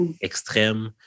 extrême